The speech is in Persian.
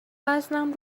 وزنم